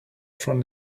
from